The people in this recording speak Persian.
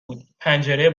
بود، پنجره